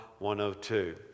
102